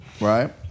Right